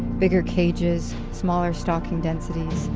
bigger cages, smaller stocking densities,